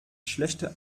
schlechte